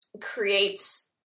creates